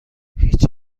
هیچ